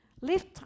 Lift